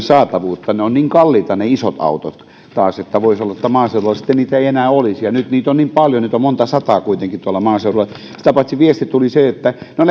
saatavuutta ne isot autot taas ovat niin kalliita että voisi olla että maaseudulla sitten niitä ei enää olisi nyt niitä on niin paljon niitä on monta sataa kuitenkin tuolla maaseudulla sitä paitsi viesti tuli että no